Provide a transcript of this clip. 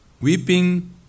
Weeping